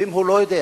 ואם הוא לא יודע,